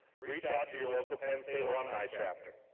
reach out to your local penn state alumni chapter.